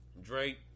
Drake